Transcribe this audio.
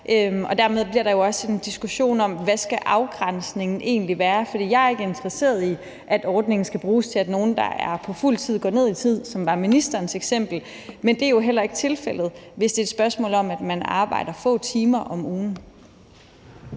Dermed bliver der jo også en diskussion om, hvad afgrænsningen egentlig skal være. For jeg er ikke interesseret i, at ordningen skal bruges til, at nogle, der er på fuld tid, går ned i tid, hvilket var ministerens eksempel. Men det er jo heller ikke tilfældet, hvis det er et spørgsmål om, at man arbejder få timer om ugen.